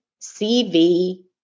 CV